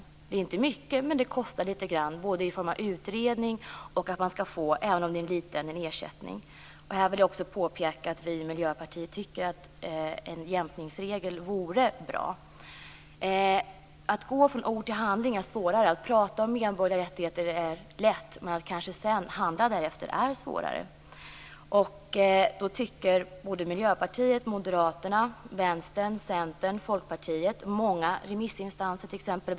Det kostar inte mycket, men det kostar litet grand - både detta med utredning och detta med att det skall gå att få en ersättning, även om den är liten. Här vill jag också påpeka att vi i Miljöpartiet tycker att en jämkningsregel vore bra. Att gå från ord till handling är svårare. Att prata om medborgerliga rättigheter är lätt. Men att sedan handla därefter är svårare. Då tycker Miljöpartiet, Moderaterna, Vänstern, Centern, Folkpartiet och många remissinstanser, t.ex.